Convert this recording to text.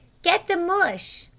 get the mush,